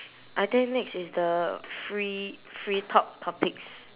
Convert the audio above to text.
I think next is the free free talk topics